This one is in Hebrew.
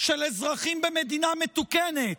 של אזרחים במדינה מתוקנת.